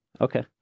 Okay